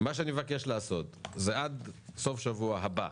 מה שאני מבקש לעשות הוא שעד סוף השבוע הבא,